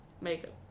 makeup